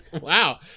Wow